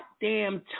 goddamn